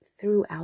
throughout